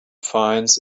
finds